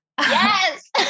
Yes